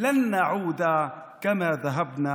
אנחנו לא נחזור כפי שהלכנו,